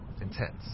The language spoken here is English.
intense